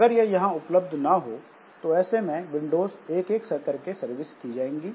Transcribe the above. अगर यह यहां उपलब्ध ना हो तो ऐसे में विंडोज़ एक एक करके सर्विस की जाएंगी